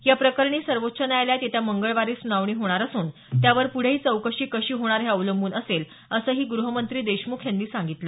या प्रकरणी सर्वोच्च न्यायालयात येत्या मंगळवारी सुनावणी होणार असून त्यावर पुढे ही चौकशी कशी होणार हे अवलंबून असेल असंही ग्रहमंत्री देशमुख यांनी सांगितलं